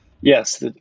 Yes